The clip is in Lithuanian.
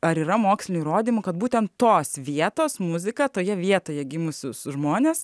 ar yra mokslinių įrodymų kad būtent tos vietos muzika toje vietoje gimusius žmones